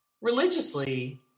Religiously